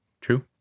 true